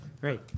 Great